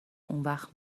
اونوقت